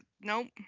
Nope